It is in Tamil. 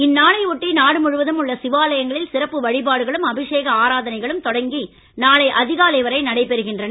இந்நாளை ஒட்டி நாடு முழுவதும் உள்ள சிவாலயங்களில் சிறப்பு வழிபாடுகளும் அபிஷேக ஆராதனைகளும் இன்று தொடங்கி நாளை அதிகாலை வரை நடைபெறுகின்றன